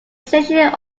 station